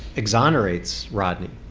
exonerates rodney,